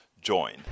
join